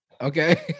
okay